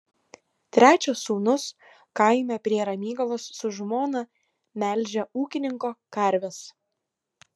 trečias sūnus kaime prie ramygalos su žmona melžia ūkininko karves